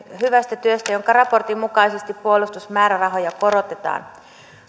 hyvästä työstä jonka raportin mukaisesti puolustusmäärärahoja korotetaan